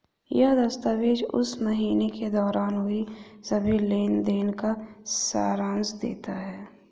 यह दस्तावेज़ उस महीने के दौरान हुए सभी लेन देन का सारांश देता है